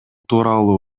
тууралуу